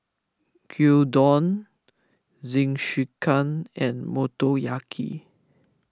Gyudon Jingisukan and Motoyaki